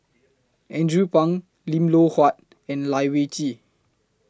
Andrew Phang Lim Loh Huat and Lai Weijie